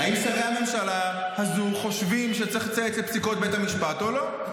-- האם שרי הממשלה הזו חושבים שצריך לציית לפסיקת בית המשפט או לא.